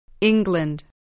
England